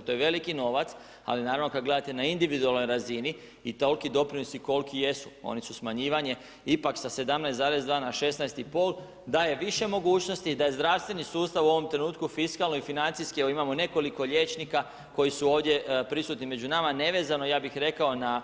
To je veliki novac ali naravno, kad gledate na individualnoj razini i toliki doprinosi koliki jesu, oni su smanjivanje, ipak sa 17,2 na 16,5 daje više mogućnosti da i zdravstveni sustav u ovom trenutku fiskalno i financijski, evo imamo nekoliko liječnika koji su ovdje prisutni među nama nevezano ja bih rekao na